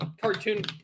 cartoon